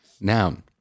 Noun